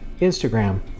Instagram